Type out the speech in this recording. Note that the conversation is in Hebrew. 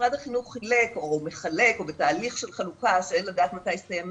משרד החינוך חילק או מחלק או בתהליך של חלוקה שאין לדעת מתי תסתיים,